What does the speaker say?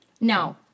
No